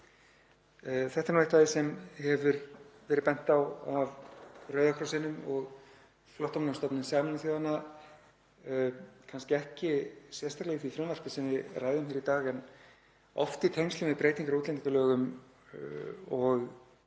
Þetta er nú eitt af því sem hefur verið bent á af Rauða krossinum og Flóttamannastofnun Sameinuðu þjóðanna, kannski ekki sérstaklega í því frumvarpi sem við ræðum hér í dag en oft í tengslum við breytingar á útlendingalögum og